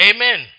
Amen